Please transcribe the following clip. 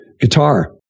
guitar